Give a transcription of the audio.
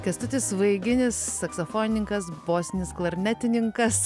kęstutis vaiginis saksofonininkas bosinis klarnetininkas